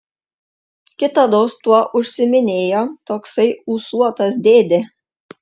kitados tuo užsiiminėjo toksai ūsuotas dėdė